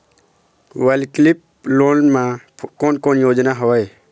वैकल्पिक लोन मा कोन कोन योजना हवए?